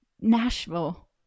Nashville